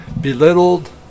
belittled